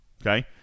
okay